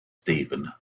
stephen